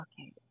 okay